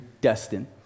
Destin